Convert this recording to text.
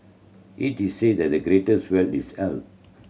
it is said that the greatest wealth is health